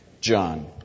John